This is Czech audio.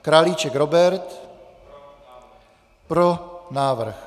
Králíček Robert: Pro návrh.